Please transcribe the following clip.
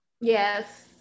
Yes